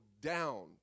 down